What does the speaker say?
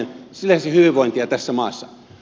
se lisäsi hyvinvointia tässä maassa